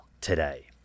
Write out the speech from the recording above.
today